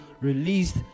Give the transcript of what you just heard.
released